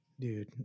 Dude